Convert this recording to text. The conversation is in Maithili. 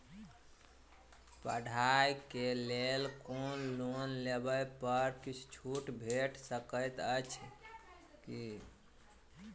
पढ़ाई केँ लेल लोन लेबऽ पर किछ छुट भैट सकैत अछि की?